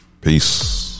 Peace